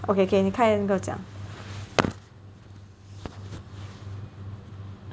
okay 你开 then 跟我讲